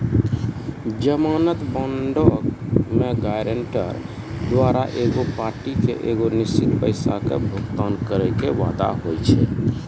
जमानत बांडो मे गायरंटर द्वारा एगो पार्टी के एगो निश्चित पैसा के भुगतान करै के वादा होय छै